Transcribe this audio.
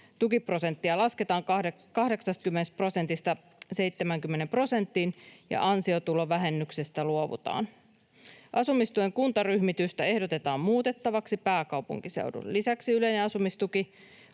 tukiprosenttia lasketaan 80 prosentista 70 prosenttiin ja ansiotulovähennyksestä luovutaan. Asumistuen kuntaryhmitystä ehdotetaan muutettavaksi pääkaupunkiseudun lisäksi. Yleinen asumistuki